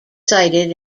cited